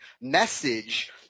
message